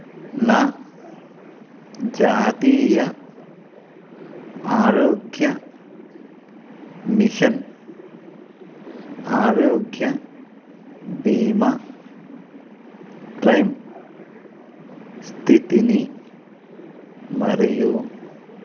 నా జాతీయ ఆరోగ్య మిషన్ ఆరోగ్య భీమా క్లెయిమ్ స్థితిని మరియు